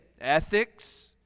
ethics